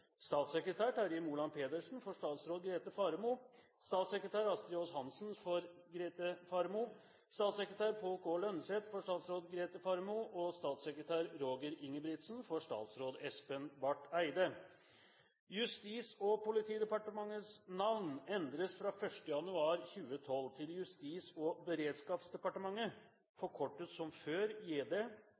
Statssekretær Terje Moland Pedersen for statsråd Grete Faremo Statssekretær Astri Aas-Hansen for Grete Faremo Statssekretær Pål K. Lønseth for statsråd Grete Faremo Statssekretær Roger Ingebrigtsen for statsråd Espen Barth-Eide Justis- og politidepartementets navn endres fra 1. januar 2012 til Justis- og beredskapsdepartementet, forkortet som før til JD. Departementet delegeres myndighet til å foreta de